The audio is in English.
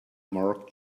mark